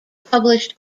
published